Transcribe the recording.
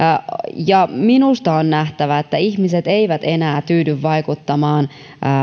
ja minusta on nähtävä että ihmiset eivät enää tyydy vaikuttamaan